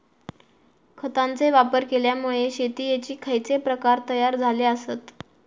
खतांचे वापर केल्यामुळे शेतीयेचे खैचे प्रकार तयार झाले आसत?